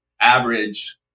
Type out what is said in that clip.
average